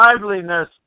liveliness